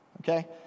Okay